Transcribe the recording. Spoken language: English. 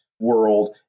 World